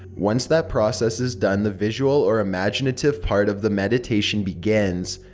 once that process is done the visual or imaginative part of the meditation begins.